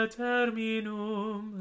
terminum